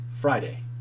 Friday